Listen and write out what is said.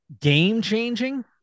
game-changing